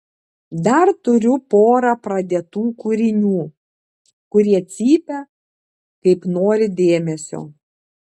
dar turiu porą pradėtų kūrinių kurie cypia kaip nori dėmesio